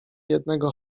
jednego